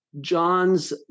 john's